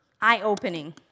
eye-opening